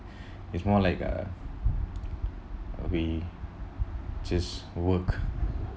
it's more like a uh we just work